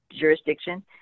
jurisdiction